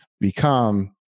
become